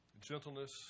gentleness